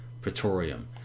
Praetorium